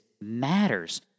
matters